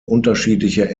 unterschiedliche